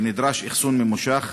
ונדרש אחסון ממושך,